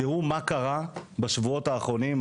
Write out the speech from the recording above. תראו מה קרה בשבועות האחרונים,